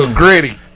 gritty